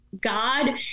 God